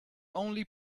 only